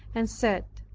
and said,